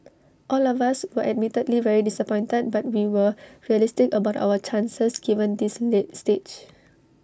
all of us were admittedly very disappointed but we were realistic about our chances given this late stage